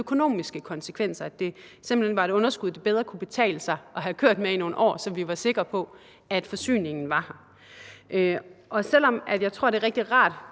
økonomiske konsekvenser, og at det simpelt hen var et underskud, det bedre kunne betale sig at have kørt med i nogle år, så vi var sikre på, at forsyningen var her. Selv om jeg tror, at det er rigtig rart